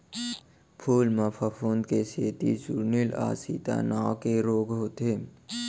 फूल म फफूंद के सेती चूर्निल आसिता नांव के रोग होथे